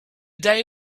day